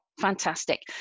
Fantastic